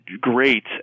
great